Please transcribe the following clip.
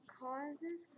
causes